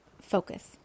focus